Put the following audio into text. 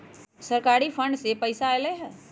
सरकारी फंड से पईसा आयल ह?